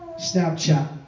Snapchat